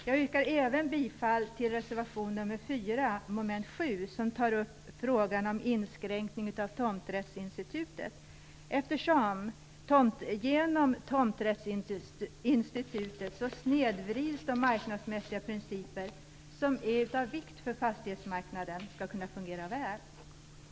Jag yrkar även bifall till reservation nr 4, moment 7 som tar upp frågan om inskränkning av tomträttsinstitutet. Genom tomträttsinstitutet snedvrids de marknadsmässiga principer som är av vikt för att fastighetsmarknaden skall kunna fungera väl.